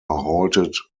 halted